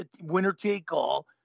winner-take-all